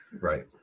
Right